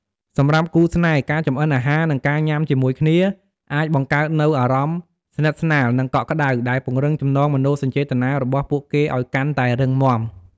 សម្រាប់គូស្នេហ៍ ការចម្អិនអាហារ និងការញ៉ាំជាមួយគ្នា អាចបង្កើតនូវអារម្មណ៍ស្និទ្ធស្នាល និងកក់ក្តៅ ដែលពង្រឹងចំណងមនោសញ្ចេតនារបស់ពួកគេឱ្យកាន់តែរឹងមាំ។